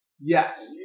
Yes